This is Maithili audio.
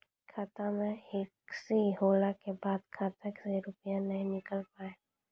खाता मे एकशी होला के बाद खाता से रुपिया ने निकल पाए?